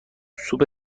سوپ